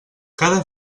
cada